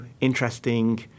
interesting